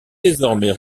désormais